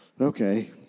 Okay